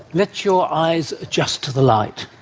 let your eyes adjust to the light.